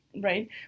Right